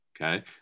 okay